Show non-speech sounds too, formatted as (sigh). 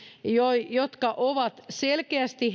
jotka jotka ovat selkeästi (unintelligible)